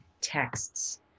texts